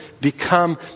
become